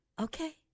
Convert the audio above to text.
Okay